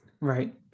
right